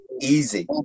Easy